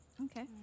Okay